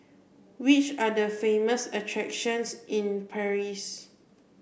which are the famous attractions in Paris